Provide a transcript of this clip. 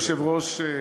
אדוני היושב-ראש,